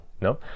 No